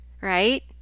right